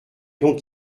donc